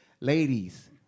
Ladies